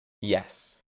Yes